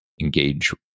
engage